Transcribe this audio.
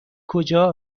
کجا